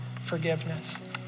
forgiveness